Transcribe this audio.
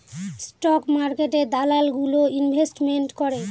stock মার্কেটে দালাল গুলো ইনভেস্টমেন্ট করে